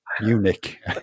Munich